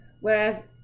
Whereas